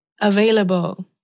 available